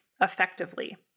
effectively